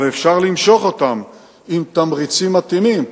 אבל אפשר למשוך אותם עם תמריצים מתאימים.